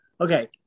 okay